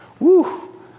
Woo